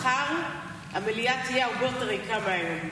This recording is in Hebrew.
מחר המליאה תהיה הרבה יותר ריקה מהיום,